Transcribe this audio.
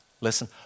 Listen